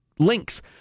links